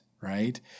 right